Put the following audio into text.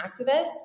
activist